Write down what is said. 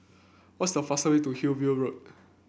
what's the fastest way to Hillview Road